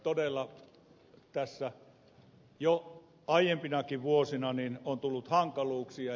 todella tässä jo aiempinakin vuosina on tullut hankaluuksia